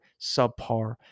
subpar